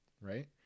right